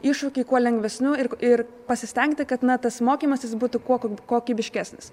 iššūkį kuo lengvesniu ir ir pasistengti kad na tas mokymasis būtų kuo kokybiškesnis